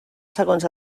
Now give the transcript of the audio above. segons